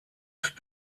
island